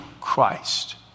Christ